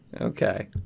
Okay